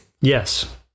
Yes